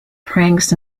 pranks